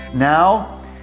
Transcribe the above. Now